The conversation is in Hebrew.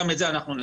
גם את זה נאכוף.